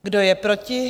Kdo je proti?